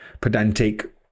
pedantic